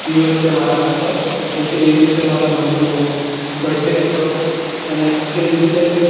દિવસ છે મારા માટે કેમકે એ દિવસે મારાં મમ્મીનો બડડે હતો અને એ દિવસે